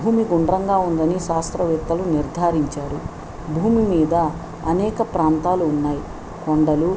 భూమి గుండ్రంగా ఉందని శాస్త్రవేత్తలు నిర్ధారించారు భూమి మీద అనేక ప్రాంతాలు ఉన్నాయి కొండలు